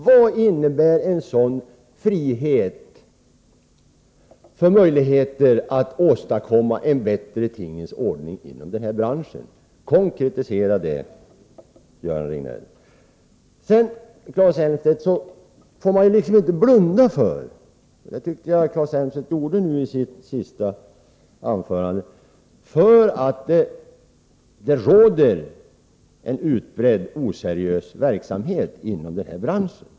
Vad innebär en sådan frihet för möjligheter att åstadkomma en bättre tingens ordning inom denna bransch? Konkretisera det, Göran Riegnell! Man får vidare inte, som jag tycker att Claes Elmstedt gjorde i sitt senaste anförande, blunda för att det råder en utbredd oseriös verksamhet inom branschen.